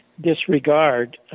disregard